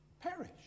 perish